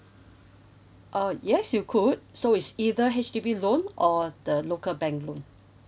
oh yes you could so is either H_D_B loan or the local bank loan